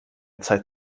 zeit